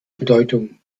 bedeutung